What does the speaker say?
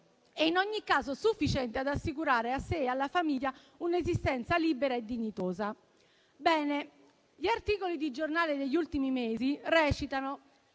e in ogni caso sufficiente ad assicurare a sé e alla famiglia un'esistenza libera e dignitosa». Bene, gli articoli di giornale degli ultimi mesi recitano: